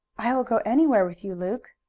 i will go anywhere with you, luke.